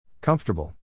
Comfortable